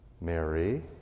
Mary